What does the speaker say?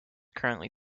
currently